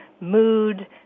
mood